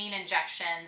injections